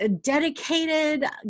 dedicated